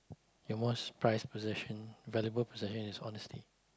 your most prized possession valuable possession is honesty